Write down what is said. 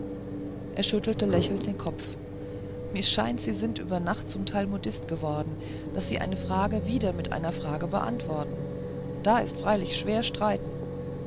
er schüttelte lächelnd den kopf mir scheint sie sind über nacht ein talmudist geworden daß sie eine frage wieder mit einer frage beantworten da ist freilich schwer streiten